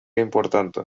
importantă